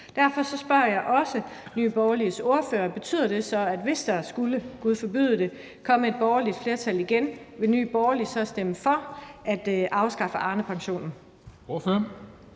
Derfor spørger jeg også Nye Borgerliges ordfører: Betyder det så, at hvis der skulle, gud forbyde det, komme et borgerligt flertal igen, vil Nye Borgerlige stemme for at afskaffe Arnepensionen?